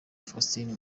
faustin